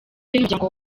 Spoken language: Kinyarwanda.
n’umuryango